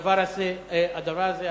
אדוני,